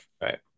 Right